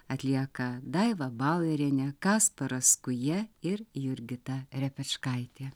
atlieka daiva bauerienė kasparas skuja ir jurgita repečkaitė